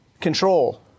Control